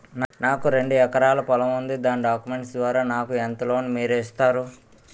నాకు రెండు ఎకరాల పొలం ఉంది దాని డాక్యుమెంట్స్ ద్వారా నాకు ఎంత లోన్ మీరు ఇస్తారు?